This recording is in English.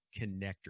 connector